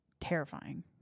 terrifying